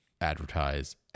advertise